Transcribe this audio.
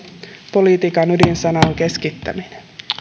politiikan ydinsana on keskittäminen